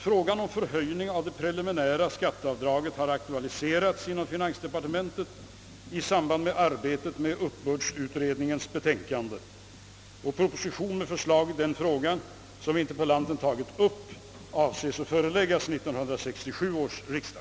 Frågan om förhöjning av det preliminära skatteavdraget har aktualiserats inom finansdepartementet i samband med arbetet med uppbördsutredningens betänkande . Proposition med förslag i den fråga som interpellanten tagit upp avses föreläggas 1967 års riksdag.